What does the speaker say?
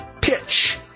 PITCH